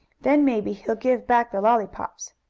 then maybe he'll give back the lollypops.